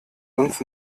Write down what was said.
uns